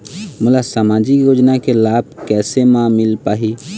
मोला सामाजिक योजना के लाभ कैसे म मिल पाही?